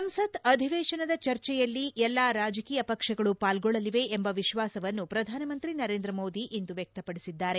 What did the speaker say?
ಸಂಸತ್ ಅಧಿವೇಶನದ ಚರ್ಚೆಯಲ್ಲಿ ಎಲ್ಲಾ ರಾಜಕೀಯ ಪಕ್ಷಗಳು ಪಾಲ್ಗೊಳ್ಳಲಿವೆ ಎಂಬ ವಿಶ್ವಾಸವನ್ನು ಪ್ರಧಾನಮಂತ್ರಿ ನರೇಂದ್ರ ಮೋದಿ ಇಂದು ವ್ಯಕ್ತಪಡಿಸಿದ್ದಾರೆ